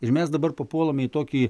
ir mes dabar papuolame į tokį